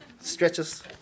Stretches